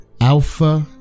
alpha